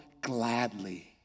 gladly